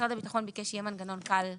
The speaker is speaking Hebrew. משרד הביטחון ביקש שיהיה מנגנון קל וזמין.